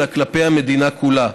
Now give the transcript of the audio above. אלא כלפי המדינה כולה,